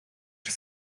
czy